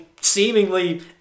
seemingly